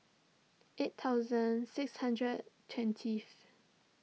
eight thousand six hundred twentieth